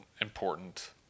important